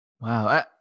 Wow